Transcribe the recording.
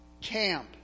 camp